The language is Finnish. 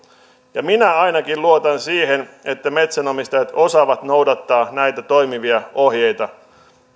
minä ainakin luotan siihen että metsänomistajat osaavat noudattaa näitä toimivia ohjeita